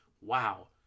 wow